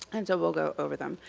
and we'll go over them.